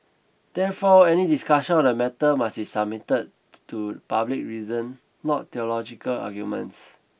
therefore any discussions on the matter must be submitted to public reason not theological arguments